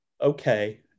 okay